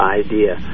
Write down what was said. idea